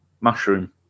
mushroom